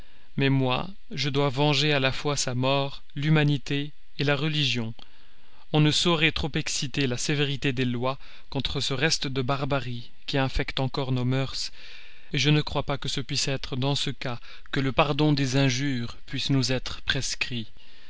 mais moi je dois venger à la fois sa mort l'humanité la religion on ne saurait trop exciter la sévérité des lois contre ce reste de barbarie qui infecte encore nos mœurs je ne crois pas que ce soit dans ce cas que le pardon des injures puisse nous être prescrit